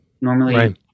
Normally